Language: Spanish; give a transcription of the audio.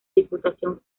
diputación